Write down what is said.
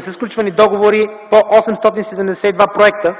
са сключвани договори по 872 проекта,